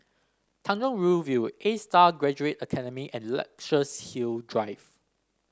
Tanjong Rhu View A Star Graduate Academy and Luxus Hill Drive